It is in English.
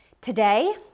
today